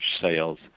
sales